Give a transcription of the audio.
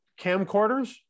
camcorders